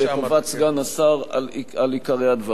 לטובת סגן השר, על עיקרי הדברים.